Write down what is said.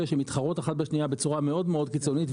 שמתחרות אחת בשנייה בצורה קיצונית מאוד,